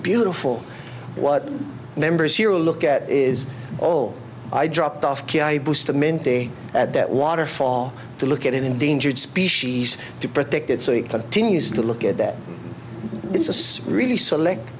beautiful what members here look at is all i dropped off at that waterfall to look at an endangered species to protect it so it continues to look at that it's a city really